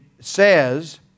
says